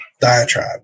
diatribe